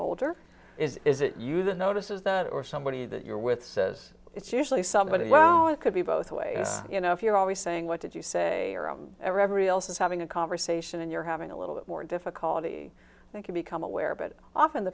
older is it you the notices that or somebody that you're with says it's usually somebody well it could be both ways you know if you're always saying what did you say every else is having a conversation and you're having a little bit more difficulty thank you become aware but often the